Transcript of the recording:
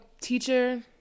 teacher